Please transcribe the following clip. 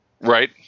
Right